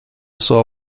saw